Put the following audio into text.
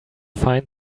find